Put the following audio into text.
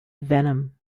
venom